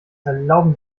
erlauben